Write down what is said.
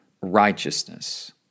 righteousness